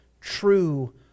true